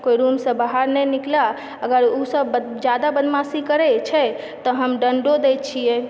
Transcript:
कोई रुमसँ बाहर नहि निकलय अगर ओसभ जादा बदमाशी करय छै तऽ हम दण्डो दैत छियै